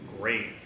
great